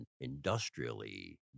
industrially